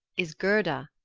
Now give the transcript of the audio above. is gerda,